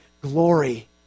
glory